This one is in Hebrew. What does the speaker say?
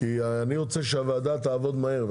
אני רוצה שהוועדה תעבוד מהר,